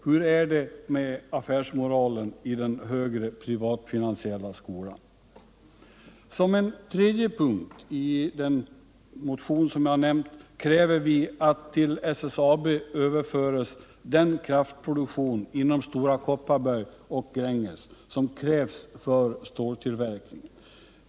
Hur är det med affärsmoralen i den högre privatfinansiella skolan? Som en tredje punkt i den nämnda motionen kräver vi att till SSAB överföres den kraftproduktion inom Stora Kopparberg och Gränges som krävs för ståltillverkningen.